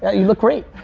you look great.